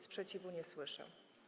Sprzeciwu nie słyszę.